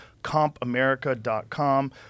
compamerica.com